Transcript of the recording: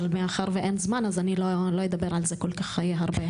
מאחר ואין זמן אני לא אדבר על זה כל כך הרבה.